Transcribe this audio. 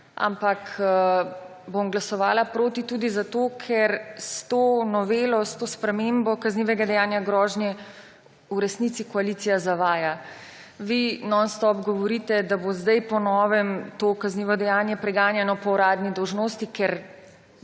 ampak bom glasovala proti tudi zato, ker s to novelo, s to spremembo kaznivega dejanja grožnje v resnici koalicija zavaja. Vi nonstop govorite, da bo zdaj po novem to kaznivo dejanje preganjano po uradni dolžnosti, ker